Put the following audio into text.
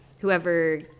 whoever